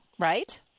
right